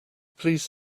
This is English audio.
please